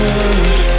love